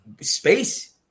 space